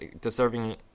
deserving